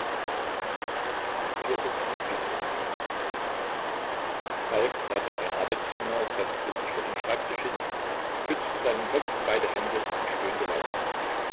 falk trat in sein arbeitszimmer setzte sich vor den schreibtisch hin stützte seinen kopf in beide hände und stöhnte laut auf